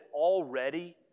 already